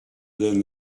than